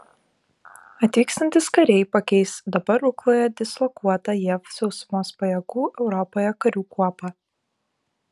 atvykstantys kariai pakeis dabar rukloje dislokuotą jav sausumos pajėgų europoje karių kuopą